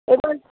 এবং